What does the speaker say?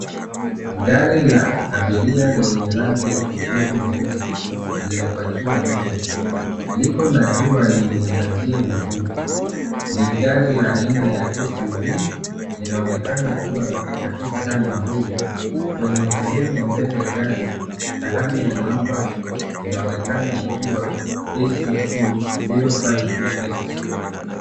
Gari la abiria lenye rangi ya kijivu nyeusi lililopakiwa nje. Liko na jua limeiangazia vizuri. Ni gari la aina ya SUV linaonekana kuwa katika hali nzuri. Kwenye sehemu ya mbele ya gari sahani ya namba inaonekana ikiwa KCQ 052X .